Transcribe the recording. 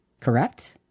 Correct